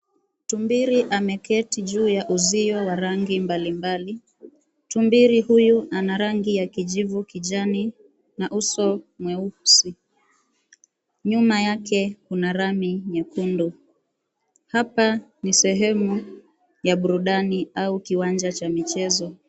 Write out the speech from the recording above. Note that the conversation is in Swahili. Tumbili ameketi juu ya uzio wa rangi mbalimbali, tumbili huyu ana rangi ya kijivu kijani na uso mweusi. Nyuma yake kuna lami nyekundu, hapa ni sehemu ya burudani au kiwanja cha michezo.